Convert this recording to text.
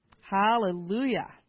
hallelujah